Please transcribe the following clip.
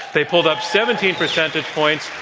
they pulled up seventeen percentage points.